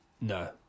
No